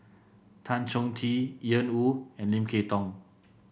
Tan Chong Tee Ian Woo and Lim Kay Tong